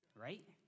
right